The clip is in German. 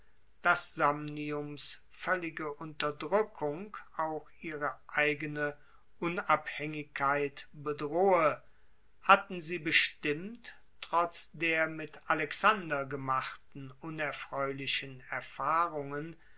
dass samniums voellige unterdrueckung auch ihre eigene unabhaengigkeit bedrohe hatten sie bestimmt trotz der mit alexander gemachten unerfreulichen erfahrungen